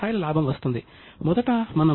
పూ 4 వ శతాబ్దం